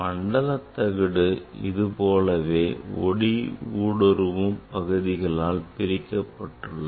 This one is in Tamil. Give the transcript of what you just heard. மண்டல தகடு இதுபோலவே ஒளி ஊடுருவும் பகுதிகளாக பிரிக்கப்பட்டுள்ளது